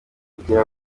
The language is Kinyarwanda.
bugira